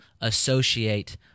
associate